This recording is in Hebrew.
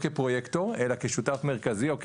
כפרויקטור אלא כשותף מרכזי או כמחולל.